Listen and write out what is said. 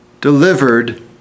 Delivered